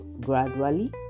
gradually